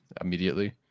immediately